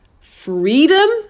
Freedom